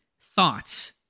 Thoughts